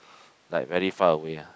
like very far away ah